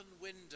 window